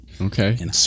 Okay